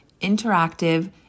interactive